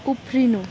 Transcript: उफ्रिनु